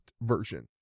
version